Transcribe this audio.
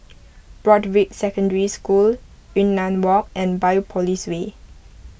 Broadrick Secondary School Yunnan Walk and Biopolis Way